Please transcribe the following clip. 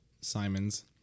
Simon's